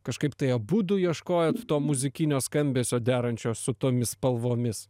kažkaip tai abudu ieškojot to muzikinio skambesio derančio su tomis spalvomis